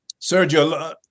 Sergio